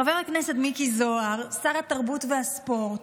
חבר הכנסת מיקי זוהר, שר התרבות והספורט,